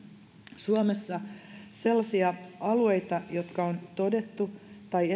suomessa sellaisia alueita joiden maaperä on todettu tai